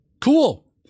cool